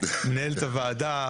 מנהל את הועדה.